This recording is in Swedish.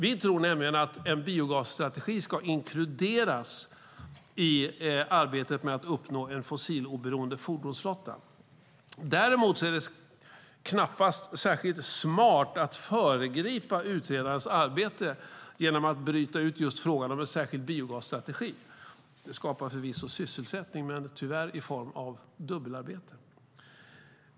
Vi tror nämligen att en biogasstrategi ska inkluderas i arbetet med att uppnå en fossiloberoende fordonsflotta. Däremot är det knappast särskilt smart att föregripa utredarens arbete genom att bryta ut just frågan om en särskild biogasstrategi. Det skapar förvisso sysselsättning men tyvärr i form av dubbelarbete.